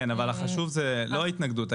אבל הדבר החשוב הוא לא ההתנגדות.